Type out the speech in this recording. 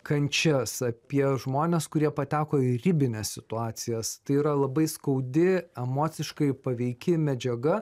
kančias apie žmones kurie pateko į ribines situacijas tai yra labai skaudi emociškai paveiki medžiaga